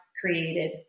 created